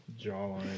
jawline